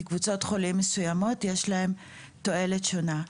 כי לקבוצות חולים מסוימות יש תועלות שונות.